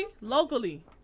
Locally